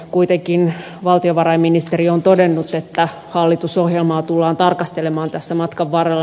kuitenkin valtiovarainministeri on todennut että hallitusohjelmaa tullaan tarkastelemaan tässä matkan varrella